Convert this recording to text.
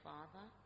Father